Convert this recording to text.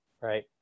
right